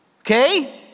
okay